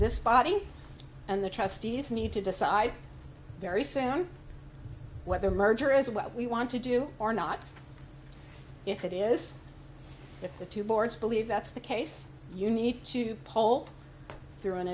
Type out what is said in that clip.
this body and the trustees need to decide very soon whether a merger is what we want to do or not if it is if the two boards believe that's the case you need to poll